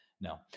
no